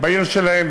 בעיר שלהן.